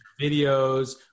videos